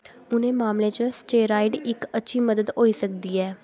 उ'नें मामलें च स्टेरायड इक अच्छी मदद होई सकदी ऐ